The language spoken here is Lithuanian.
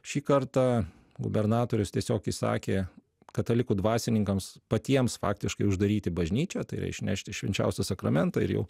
šį kartą gubernatorius tiesiog įsakė katalikų dvasininkams patiems faktiškai uždaryti bažnyčią tai yra išnešti švenčiausią sakramentą ir jau